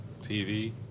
TV